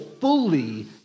fully